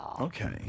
Okay